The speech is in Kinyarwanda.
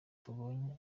tubonye